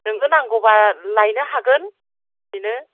नोंनो नांगौब्ला लायनो हागोन बिदिनो